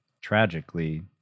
tragically